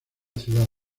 ciudad